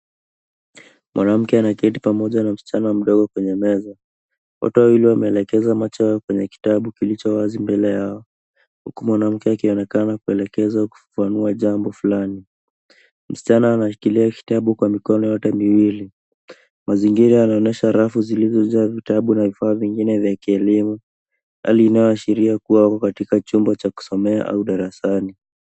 Mwanamke anaketi pamoja na msichana mdogo kwenye meza. Wote wawili wameelekeza macho yao kwenye kitabu kilicho wazi mbele yao, huku mwanamke akionekana kuelekeza au kufafanua jambo fulani. Msichana anashikilia kitabu kwa mikono yote miwili, mazingira yanaonyesha rafu zilizojaa vitabu na vifaa vingine vya kielimu. Hali inayoashiria kuwa wako katika chumba cha kusomea au darasani.